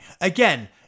Again